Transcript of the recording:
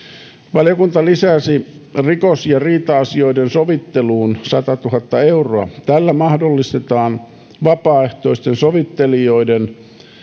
valiokunta lisäsi rikos ja riita asioiden sovitteluun satatuhatta euroa tällä mahdollistetaan vapaaehtoisten sovittelijoiden